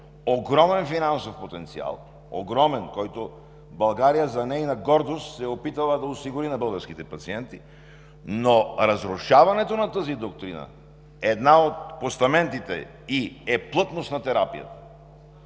огромен финансов потенциал, огромен, който България, за нейна гордост, се е опитала да осигури на българските пациенти, но разрушаването на тази доктрина, един от постаментите ѝ е плътност на терапията.